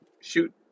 shoot